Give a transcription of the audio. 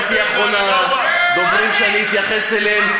אתה תהיה אחרון הדוברים שאני אתייחס אליהם,